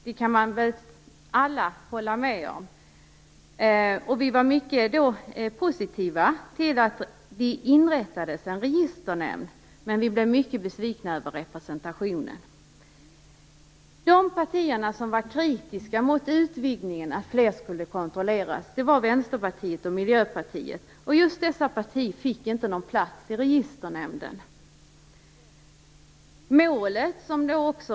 Det kan väl alla hålla med om. Då var vi positiva till att en registernämnd inrättades, men vi blev mycket besvikna över representationen där. De partier som var kritiska mot utvidgningen och mot att fler skulle kontrolleras var Vänsterpartiet och Miljöpartiet, och just dessa partier fick inte någon plats i registernämnden.